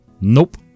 Nope